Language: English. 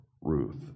Ruth